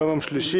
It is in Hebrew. היום יום שלישי,